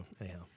anyhow